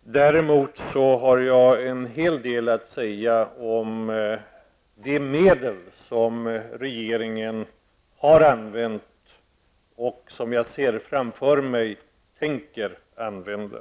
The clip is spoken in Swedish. Däremot har jag en hel del att säga om de medel som regeringen har använt och, som jag ser framför mig, tänker använda.